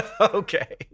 Okay